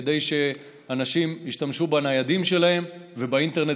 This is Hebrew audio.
כדי שאנשים ישתמשו בניידים שלהם ובאינטרנט